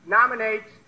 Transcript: nominate